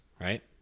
Right